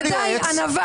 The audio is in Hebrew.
די נו באמת.